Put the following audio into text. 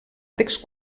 text